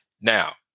Now